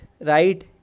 right